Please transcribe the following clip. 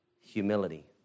humility